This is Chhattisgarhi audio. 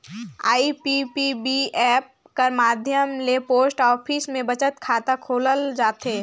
आई.पी.पी.बी ऐप कर माध्यम ले पोस्ट ऑफिस में बचत खाता खोलल जाथे